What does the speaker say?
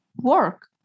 work